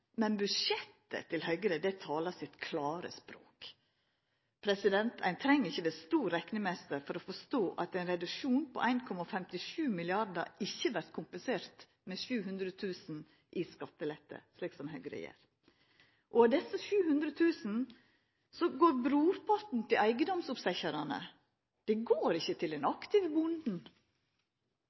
men budsjettet til Høgre taler sitt klare språk. Ein treng ikkje å vera stor reknemeister for å forstå at ein reduksjon på 1,57 mrd. kr ikkje vert kompensert med 700 000 kr i skattelette, slik som Høgre gjer. Av desse 700 000 går brorparten til eigedomsoppsitjarane, det går ikkje til den aktive bonden.